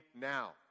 now